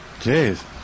Jeez